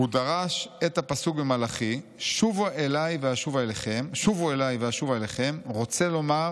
"הוא דרש את הפסוק במלאכי 'שובו אלי ואשובה אליכם' 'רוצה לומר